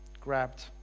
Grabbed